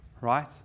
Right